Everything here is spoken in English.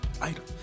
item